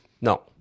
No